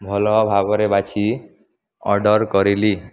ଭଲ ଭାବରେ ବାଛି ଅର୍ଡ଼ର୍ କରିଲି